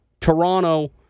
Toronto